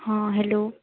ହଁ ହେଲୋ